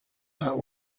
that